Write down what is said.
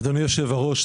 אדוני יושב הראש,